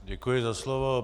Děkuji za slovo.